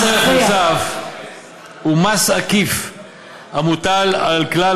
מס ערך מוסף הוא מס עקיף המוטל על כלל